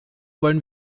wollen